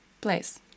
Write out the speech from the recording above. place